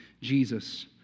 Jesus